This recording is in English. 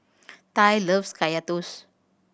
Tai loves Kaya Toast